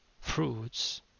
fruits